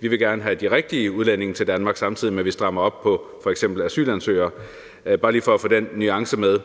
Vi vil gerne have de rigtige udlændinge til Danmark, samtidig med at vi f.eks. strammer op på asylområdet. Det er bare for lige at få den nuance med.